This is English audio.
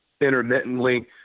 intermittently